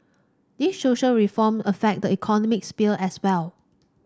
these social reform affect the economic sphere as well